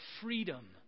freedom